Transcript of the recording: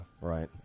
right